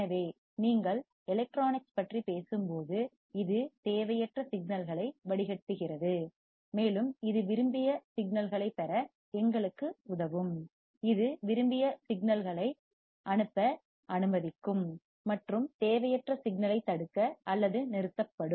எனவே நீங்கள் எலக்ட்ரானிக்ஸ் பற்றி பேசும்போது இது தேவையற்ற சிக்னல்களை வடிகட்டுகிறது மேலும் இது விரும்பிய சிக்னல்களைப் பெற நமக்கு உதவும் இது விரும்பிய சிக்னல் ஐ அனுப்ப அனுமதிக்கும் மற்றும் தேவையற்ற சிக்னல் ஐ தடுக்க அல்லது நிறுத்தப்படும்